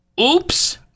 Oops